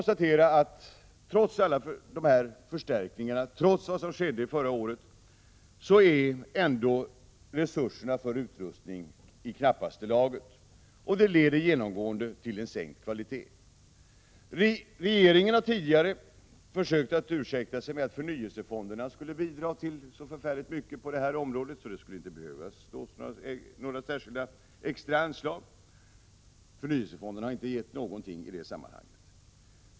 Trots alla dessa förstärkningar och trots vad som skett förra året kan vi ändå konstatera att resurserna för utrustning är i knappaste laget. Det leder genomgående till en sänkt kvalitet. Regeringen har tidigare försökt ursäkta sig med att förnyelsefonderna kommer att bidra med så mycket på detta område att det inte skulle behövas några särskilda extra anslag. Förnyelsefonderna har inte gett någonting i det sammanhanget.